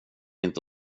inte